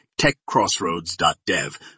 techcrossroads.dev